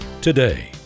today